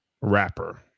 rapper